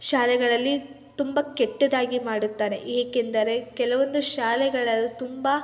ಶಾಲೆಗಳಲ್ಲಿ ತುಂಬ ಕೆಟ್ಟದಾಗಿ ಮಾಡುತ್ತಾರೆ ಏಕೆಂದರೆ ಕೆಲವೊಂದು ಶಾಲೆಗಳಲ್ಲಿ ತುಂಬ